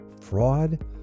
fraud